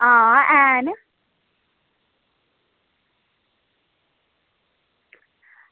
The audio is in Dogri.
आं हैन